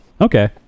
Okay